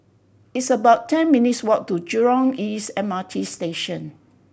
it's about ten minutes' walk to Jurong East M R T Station